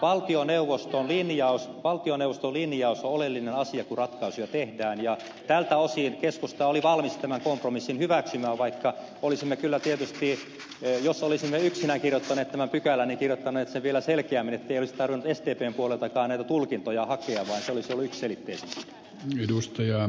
valtioneuvoston linjaus on oleellinen asia kun ratkaisuja tehdään ja tältä osin keskusta oli valmis tämän kompromissin hyväksymään vaikka olisimme kyllä tietysti jos olisimme yksinään kirjoittaneet tämän pykälän kirjoittaneet sen vielä selkeämmin ettei olisi tarvinnut sdpn puoleltakaan näitä tulkintoja hakea vaan se olisi ollut yksiselitteisempi